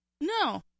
no